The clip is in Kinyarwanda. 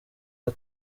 our